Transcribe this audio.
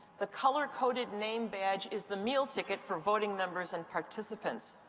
the color-coded name badge is the meal ticket for voting members and participants.